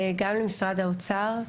גם למשרד האוצר,